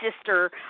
sister